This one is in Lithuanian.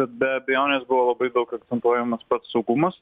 bet be abejonės buvo labai daug akcentuojamas pats saugumas